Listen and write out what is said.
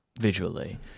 visually